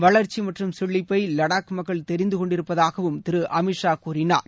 வளர்ச்சிமற்றும் செழிப்பைலடாக் மக்கள் தெரிந்துகொண்டிருப்பதாகதிருஅமித் ஷா கூறினார்